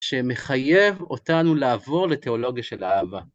שמחייב אותנו לעבור לתיאולוגיה של האהבה.